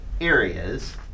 areas